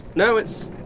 no, it's